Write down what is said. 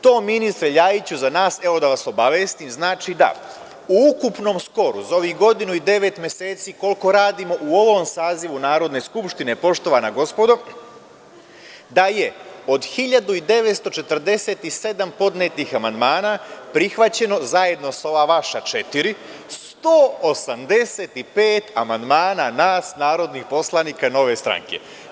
To ministre Ljajiću, za nas, evo da vas obavestim, znači da je u ukupnom skoru za ovih godinu i devet meseci, koliko radimo u ovom sazivu Narodne skupštine, poštovana gospodo, od 1947 podnetih amandmana prihvaćeno, zajedno sa ova vaša četiri, 185 amandmana narodnih poslanika Nove stranke.